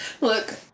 Look